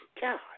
God